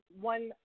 one